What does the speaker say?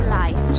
life